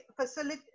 facility